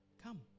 Come